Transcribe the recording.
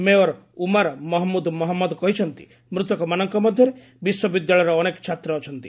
mayor Omar Mohamud Mohamed କହିଛନ୍ତି ମୃତକମାନଙ୍କ ମଧ୍ୟରେ ବିଶ୍ୱବିଦ୍ୟାଳୟର ଅନେକ ଛାତ୍ର ଅଛନ୍ତି